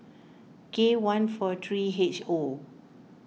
K one four three H O